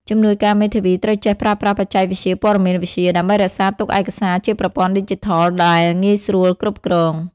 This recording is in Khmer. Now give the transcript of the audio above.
ជំនួយការមេធាវីត្រូវចេះប្រើប្រាស់បច្ចេកវិទ្យាព័ត៌មានវិទ្យា ដើម្បីរក្សាទុកឯកសារជាប្រព័ន្ធឌីជីថលដែលងាយស្រួលគ្រប់គ្រង។